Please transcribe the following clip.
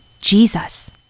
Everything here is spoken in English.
Jesus